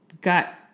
got